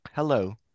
Hello